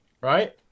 right